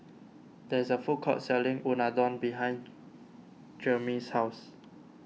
there is a food court selling Unadon behind Jermey's house